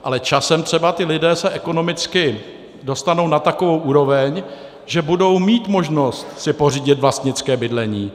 Ale časem se ti lidé třeba ekonomicky dostanou na takovou úroveň, že budou mít možnost si pořídit vlastnické bydlení.